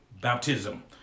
baptism